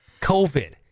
COVID